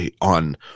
on